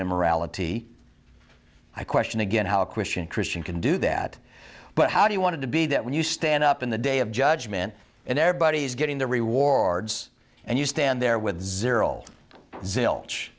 immorality i question again how a christian christian can do that but how do you want to be that when you stand up in the day of judgment and everybody's getting the rewards and you stand there with zero zilch